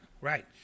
Right